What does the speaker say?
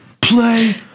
Play